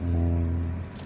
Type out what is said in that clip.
oh